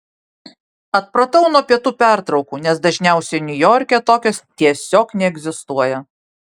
atpratau nuo pietų pertraukų nes dažniausiai niujorke tokios tiesiog neegzistuoja